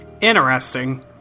Interesting